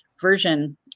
version